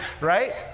right